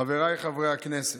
חבריי חברי הכנסת,